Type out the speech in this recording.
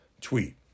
tweet